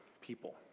people